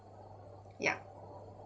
yeah